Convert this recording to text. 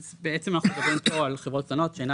אז בעצם אנחנו מדברים פה על חברות קטנות שאינה